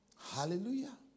Hallelujah